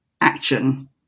action